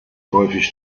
häufig